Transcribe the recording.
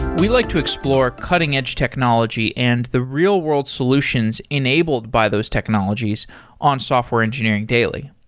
we like to explore cutting-edge technology and the real-world solutions enabled by those technologies on software engineering daily.